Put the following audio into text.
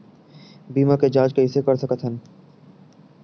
बीमा के जांच कइसे कर सकत हन?